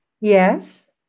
Yes